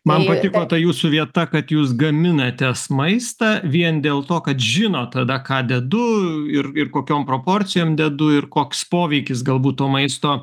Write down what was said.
man patiko ta jūsų vieta kad jūs gaminatės maistą vien dėl to kad žinot tada ką dedu ir ir kokiom proporcijom dedu ir koks poveikis galbūt to maisto